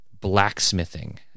blacksmithing